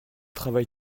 travail